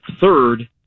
third